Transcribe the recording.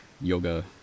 yoga